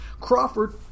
Crawford